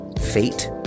fate